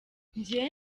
njye